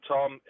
Tom